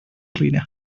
cleaner